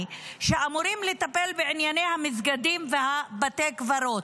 שאמורים לטפל בענייני המסגדים ובתי הקברות.